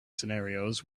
scenarios